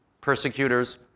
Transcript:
persecutors